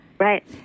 Right